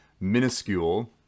minuscule